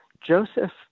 Joseph